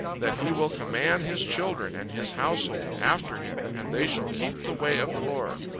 that he will command his children and his household after him, and they shall keep the way of the lord,